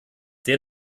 der